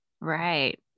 Right